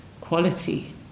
quality